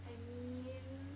I mean